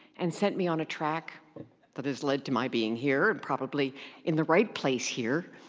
and sent me on a track that has led to my being here and probably in the right place here.